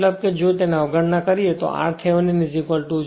મતલબ કે જો તેને અવગણીએ તો r Thevenin 0 x Thevenin 0 છે